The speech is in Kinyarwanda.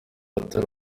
atari